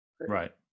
right